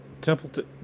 Templeton